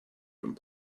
and